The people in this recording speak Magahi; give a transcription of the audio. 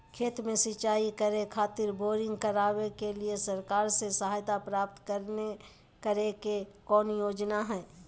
खेत में सिंचाई करे खातिर बोरिंग करावे के लिए सरकार से सहायता प्राप्त करें के कौन योजना हय?